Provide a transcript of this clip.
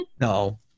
no